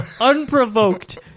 unprovoked